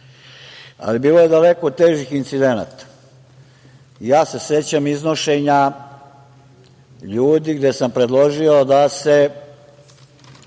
Ali, bilo je daleko težih incidenata. Ja se sećam iznošenja ljudi gde sam predložio da se